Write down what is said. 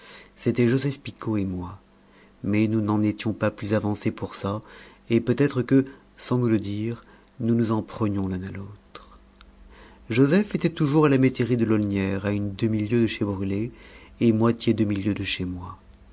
c'était joseph picot et moi mais nous n'en étions pas plus avancés pour ça et peut-être que sans nous le dire nous nous en prenions l'un à l'autre joseph était toujours à la métairie de l'aulnières à une demi-lieue de chez brulet et moitié demi-lieue de chez moi